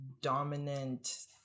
dominant